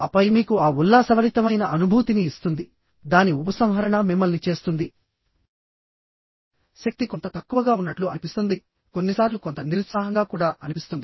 ఆపై మీకు ఆ ఉల్లాసభరితమైన అనుభూతిని ఇస్తుంది దాని ఉపసంహరణ మిమ్మల్ని చేస్తుంది శక్తి కొంత తక్కువగా ఉన్నట్లు అనిపిస్తుంది కొన్నిసార్లు కొంత నిరుత్సాహంగా కూడా అనిపిస్తుంది